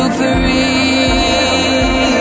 free